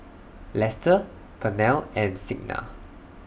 Lester Pernell and Signa